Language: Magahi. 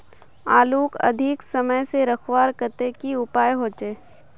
आलूक अधिक समय से रखवार केते की उपाय होचे?